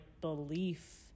belief